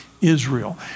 Israel